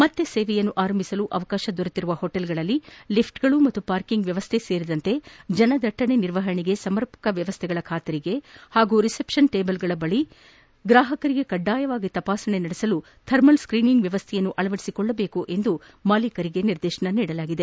ಮತ್ತೆ ಸೇವೆಯನ್ನು ಆರಂಭಿಸಲು ಅವಕಾಶ ದೊರೆತಿರುವ ಹೋಟೆಲ್ಗಳಲ್ಲಿ ಲಿಫ್ಚ್ಗಳು ಮತ್ತು ಪಾರ್ಕಿಂಗ್ ವ್ಯವಸ್ಥೆ ಸೇರಿದಂತೆ ಜನ ದಟ್ಟಣೆ ನಿರ್ವಹಣೆಗೆ ಸಮರ್ಪಕ ವ್ಯವಸ್ಥೆಗಳ ಖಾತರಿಗೆ ಹಾಗೂ ರಿಸೆಪ್ಲನ್ ಟೇಬಲ್ಗಳ ಬಳಿ ಗ್ರಾಹಕರಿಗೆ ಕಡ್ಡಾಯವಾಗಿ ತಪಾಸಣೆ ಮಾಡಲು ಥರ್ಮಲ್ ಸ್ಕ್ರೀನಿಂಗ್ ವ್ಯವಸ್ಥೆಯನ್ನು ಅಳವಡಿಸಿಕೊಳ್ಳಬೇಕೆಂದು ಹೋಟೆಲ್ ಮಾಲೀಕರಿಗೆ ನಿರ್ದೇಶಿಸಲಾಗಿದೆ